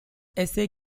essay